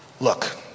Look